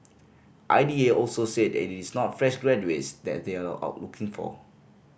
I D A also said it is not fresh graduates that they are out looking for